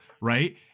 right